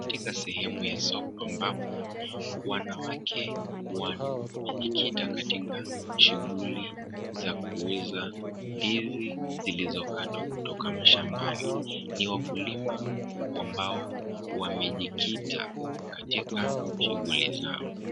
Katika sehemu ya soko ambapo, wanawake wamejikita katika shughuli za kuuza ndizi zilizokatwa kutoka mashambani. Ni wakulima wa mbao, wamejikita katika shughuli zao.